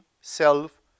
Self